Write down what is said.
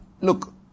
look